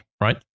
right